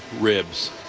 ribs